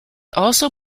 also